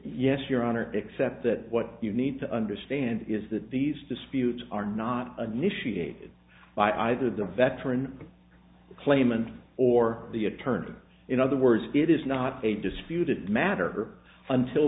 yes your honor except that what you need to understand is that these disputes are not an issue dated by either the veteran claimant or the attorney in other words it is not a disputed matter until